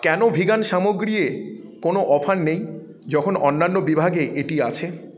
কেন ভিগান সামগ্রীয়ে কোনো অফার নেই যখন অন্যান্য বিভাগে এটি আছে